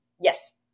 Yes